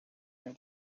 near